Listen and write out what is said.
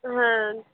হ্যাঁ